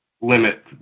limit